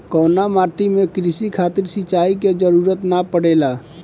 कउना माटी में क़ृषि खातिर सिंचाई क जरूरत ना पड़ेला?